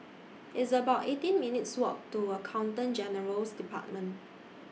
It's about eighteen minutes' Walk to Accountant General's department